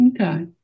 Okay